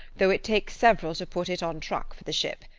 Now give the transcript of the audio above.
though it take several to put it on truck for the ship.